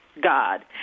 God